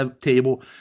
table